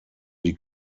die